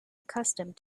accustomed